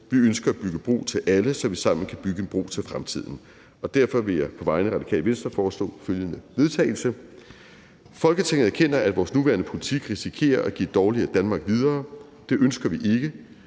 Vi ønsker at bygge bro til alle, så vi sammen kan bygge en bro til fremtiden, og derfor vil jeg på vegne af Radikale Venstre foreslå følgende: Forslag til vedtagelse »Folketinget erkender, at vores nuværende politik risikerer at give et dårligere Danmark videre. Det ønsker vi ikke.